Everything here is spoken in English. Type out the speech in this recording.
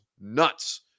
nuts